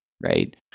right